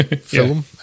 film